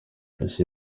ese